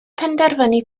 penderfynu